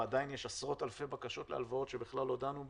ועדיין יש עשרות אלפי בקשות להלוואות שבכלל לא דנו בהן.